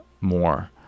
more